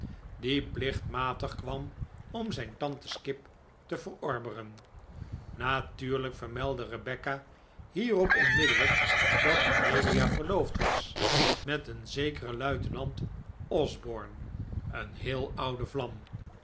die plichtmatig kwam om zijn tantes kip te verorberen natuurlijk vermeldde rebecca hierop onmiddellijk dat amelia verloofd was met een zekeren luitenant osborne een heel oude vlam